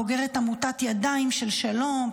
בוגרת עמותת ידיים של שלום,